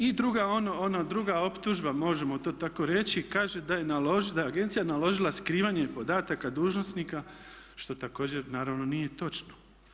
I druga, druga optužba, možemo to tako reći kaže da je agencija naložila skrivanje podataka dužnosnika što također naravno nije točno.